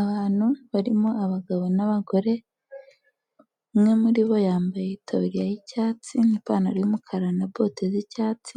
Abantu barimo abagabo n'abagore, umwe muri bo yambaye itaburiya y'icyatsi n'ipantaro y'umukara na bote z'icyatsi,